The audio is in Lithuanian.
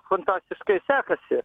fantastiškai sekasi